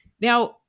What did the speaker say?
Now